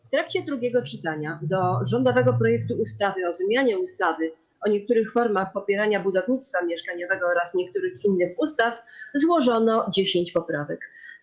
W trakcie drugiego czytania do rządowego projektu ustawy o zmianie ustawy o niektórych formach popierania budownictwa mieszkaniowego oraz niektórych innych ustaw złożono 10 poprawek.